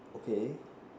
okay